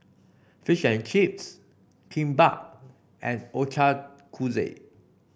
Fish and Chips Kimbap and Ochazuke